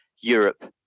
Europe